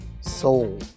Soul